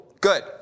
Good